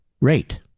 rate